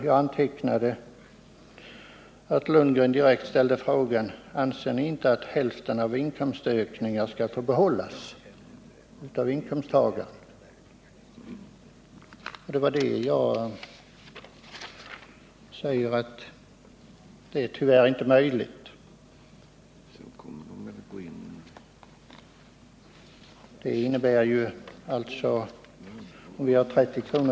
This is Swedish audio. Jag antecknade att han direkt ställde frågan: Anser ni inte att hälften av inkomstökningar skall få behållas av inkomsttagaren? Jag säger att det är tyvärr inte möjligt. 50 96 marginalskatt innebär, med 30 kr.